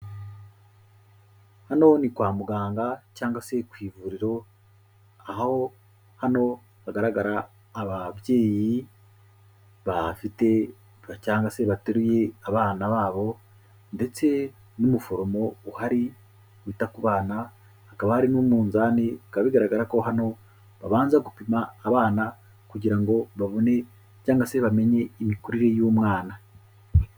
Hano ni kwa muganga cyangwa se ku ivuriro, aho hano hagaragara ababyeyi bafite cyangwa se bateruye abana babo ndetse n'umuforomo uhari wita ku bana. Hakaba hari n'umunzani bikaba bigaragara ko hano babanza gupima abana kugira ngo babone cyangwa se bamenye imikurire y'umwana.